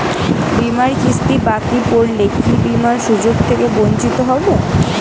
বিমার কিস্তি বাকি পড়লে কি বিমার সুযোগ থেকে বঞ্চিত হবো?